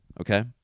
Okay